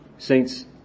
Saints